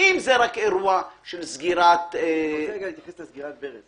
אם זה רק אירוע של סגירת --- אני רוצה להתייחס לסגירת ברז.